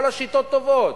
כל השיטות טובות,